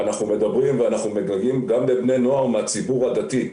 ליווי, ייעוץ,